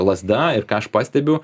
lazda ir ką aš pastebiu